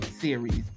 series